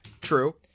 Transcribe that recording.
True